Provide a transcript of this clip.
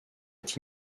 est